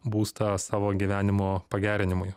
būstą savo gyvenimo pagerinimui